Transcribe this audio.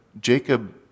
Jacob